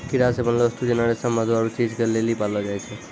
कीड़ा से बनलो वस्तु जेना रेशम मधु आरु चीज के लेली पाललो जाय छै